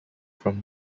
from